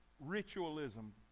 ritualism